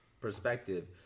perspective